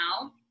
now